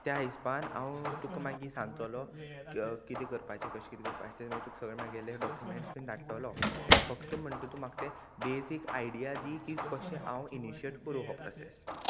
त्या हिसपान हांव तुका मागीर सांगतलो किदें करपाचें कशें किदें करपाचें तें मागीर तुका सगळें मागयले डॉक्युमेंट्स बीन धाडटलो फक्त म्हणटा तूं म्हाका तें बेजीक आयडिया दी की कशें हांव इनिशिएट करूं हो प्रोसेस